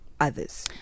others